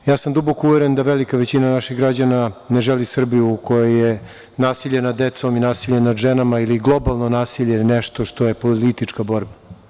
Ja sam duboko uveren da velika većina naših građana ne želi Srbiju u kojoj je nasilje nad decom i nasilje nad ženama ili globalno nasilje nešto što je politička borba.